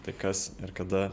tai kas ir kada